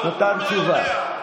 נתן תשובה.